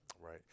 Right